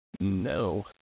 no